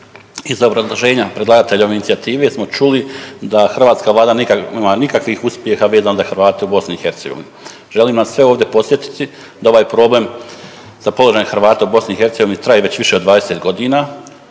iz obrazloženja predlagateljove inicijative smo čuli da hrvatska vlada nema nikakvih uspjeha vezano za Hrvate u BiH. Želim vas sve ovdje podsjetiti da ovaj problem sa položajem Hrvata u BiH traje već više od 20 godina,